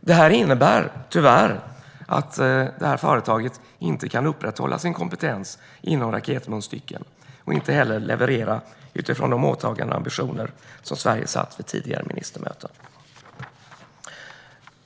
Detta innebär tyvärr att detta företag inte kan upprätthålla sin kompetens inom raketmunstycken och inte heller kan leverera utifrån Sveriges åtaganden och ambitioner vid tidigare ministermöten.